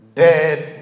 dead